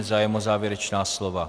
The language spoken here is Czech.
Zájem o závěrečná slova?